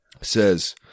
says